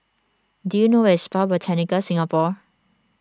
do you know where is Spa Botanica Singapore